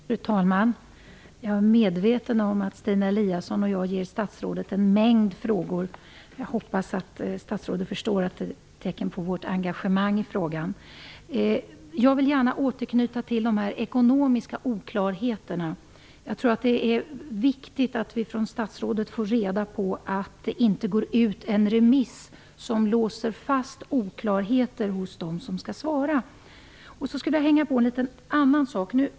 Fru talman! Jag är medveten om att Stina Eliasson och jag ger statsrådet en mängd frågor. Jag hoppas att statsrådet förstår att det är ett tecken på vårt engagemang i frågan. Jag vill gärna återknyta till de ekonomiska oklarheterna. Det är viktigt att vi av statsrådet får reda på att det inte går ut en remiss som låser fast oklarheter hos remissinstanserna. Jag vill också hänga på en annan sak.